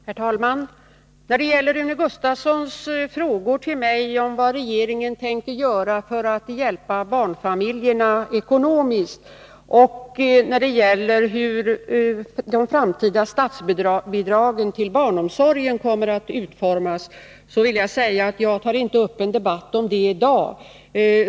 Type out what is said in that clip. Herr talman! Rune Gustavsson frågade mig vad regeringen tänker göra för att hjälpa barnfamiljerna ekonomiskt och hur de framtida statsbidragen till barnomsorgen kommer att utformas. Jag tar inte upp en debatt om det i dag.